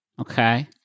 Okay